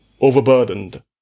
overburdened